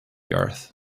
earth